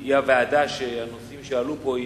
היא הוועדה שהנושאים שעלו פה, היא